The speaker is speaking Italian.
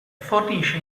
fornisce